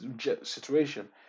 situation